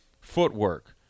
footwork